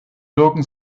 wirken